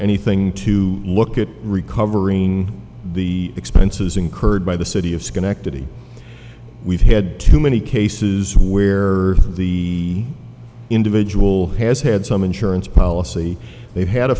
anything to look at recovering the expenses incurred by the city of schenectady we've had too many cases where the individual has had some insurance policy they had a